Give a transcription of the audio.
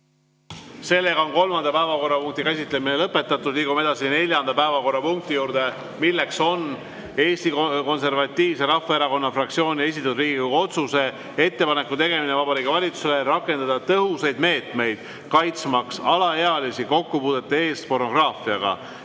võetud. Kolmanda päevakorrapunkti käsitlemine on lõpetatud. Liigume edasi neljanda päevakorrapunkti juurde, milleks on Eesti Konservatiivse Rahvaerakonna fraktsiooni esitatud Riigikogu otsuse "Ettepaneku tegemine Vabariigi Valitsusele rakendada tõhusaid meetmeid kaitsmaks alaealisi kokkupuudete eest pornograafiaga"